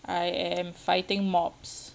I am fighting mobs